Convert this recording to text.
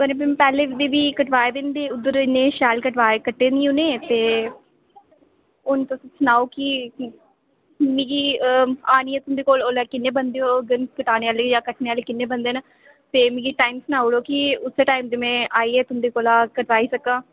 पैहले बी कटवाए देन ते उद्धर इन्ने शैल कट्टे नी उनें ते हुन तुस सनाओ कीिमिगी आह्निये तुंदे कौल उल्ले किन्ने बंदे होङन कटाने आह्ले जां किन्ने बंदे कट्टने आह्ले न ते मिगी टाइम सनाऊ उड़ो की उस्सै टाइम दी मैं आइये तुंदे कोला कटाई सकां